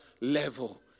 level